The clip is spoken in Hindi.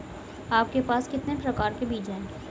आपके पास कितने प्रकार के बीज हैं?